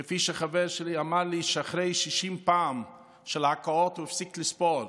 זה כמו שחבר שלי אמר לי שאחרי 60 פעמים של הקאות הוא הפסיק לספור.